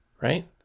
Right